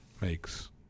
makes